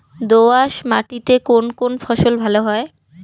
দোঁয়াশ মাটিতে কোন কোন ফসল ভালো হয়?